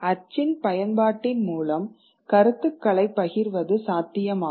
அச்சின் பயன்பாட்டின் மூலம் கருத்துக்களைப் பகிர்வது சாத்தியமாகும்